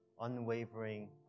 unwavering